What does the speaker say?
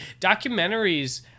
Documentaries